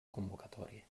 convocatòria